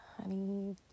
honey